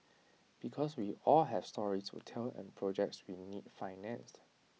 because we all have stories to tell and projects we need financed